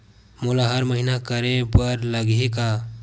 मोला हर महीना करे बर लगही का?